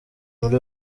muri